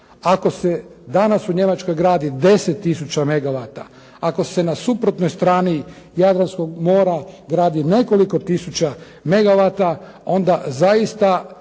Ako se danas u Njemačkoj gradi 10 tisuća megavata, ako se na suprotnoj strani Jadranskog mora gradi nekoliko tisuća megavata onda zaista